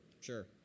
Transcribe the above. Sure